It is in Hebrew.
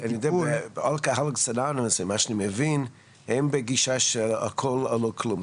מכורים אנונימיים ממה שאני מבין הם בגישה של הכל או כלום.